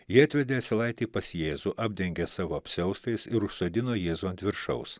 jie atvedė asilaitį pas jėzų apdengė savo apsiaustais ir užsodino jėzų ant viršaus